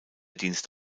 dienst